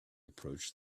approached